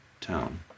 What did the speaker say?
town